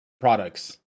products